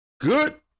Good